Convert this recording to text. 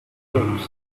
cubes